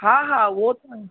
हा हा उहो त